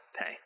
pay